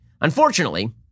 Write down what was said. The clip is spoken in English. Unfortunately